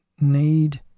need